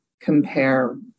compare